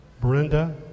Brenda